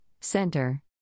Center